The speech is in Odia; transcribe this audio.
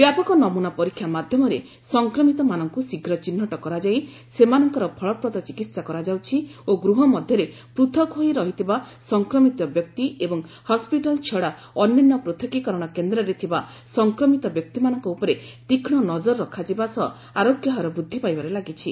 ବ୍ୟାପକ ନମୁନା ପରୀକ୍ଷା ମାଧ୍ୟମରେ ସଂକ୍ରମିତମାନଙ୍କୁ ଶୀଘ୍ର ଚିହ୍ନଟ କରାଯାଇ ସେମାନଙ୍କର ଫଳପ୍ରଦ ଚିକିତ୍ସା କରାଯାଉଛି ଓ ଗୃହ ମଧ୍ୟରେ ପୃଥକ ହୋଇ ରହିଥିବା ସଫକ୍ରମିତ ବ୍ୟକ୍ତି ଏବଂ ହସ୍କିଟାଲ ଛଡ଼ା ଅନ୍ୟାନ୍ୟ ପୃଥକୀକରଣ କେନ୍ଦ୍ରରେ ଥିବା ସଂକ୍ରମିତ ବ୍ୟକ୍ତିମାନଙ୍କ ଉପରେ ତୀକ୍ଷ୍ଣ ନଜର ରଖାଯିବା ସହ ଆରୋଗ୍ୟ ହାର ବୃଦ୍ଧି ପାଇବାରେ ଲାଗିଛି